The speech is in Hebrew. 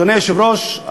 אדוני היושב-ראש,